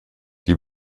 die